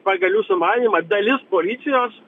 pagal jų sumanymą dalis policijos